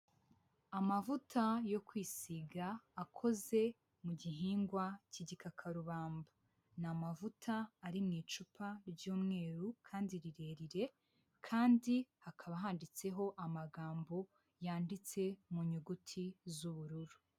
Amavuta yo kwisiga akoze mu gihingwa cy'igikakarubamba, ni amavuta ari mu icupa ry'umweru kandi rirerire kandi hakaba handitseho amagambo yanditse mu nyuguti z'ubururu.